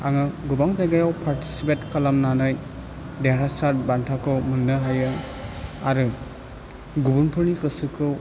आरो आङो गोबां जायगायाव फारथिसिफेथ खालामनानै देरहासार बान्थाखौ मोननो हायो आरो गुबुनफोरनि गोसोखौ